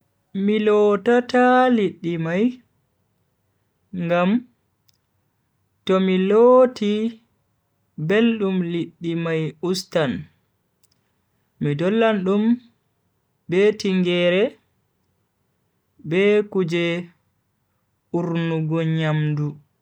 Mi lotata liddi mai, ngam tomi loti beldum liddi mai ustan. Mi dollan dum be tingeere be kuje urnugo nyamdu.